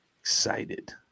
excited